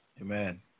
Amen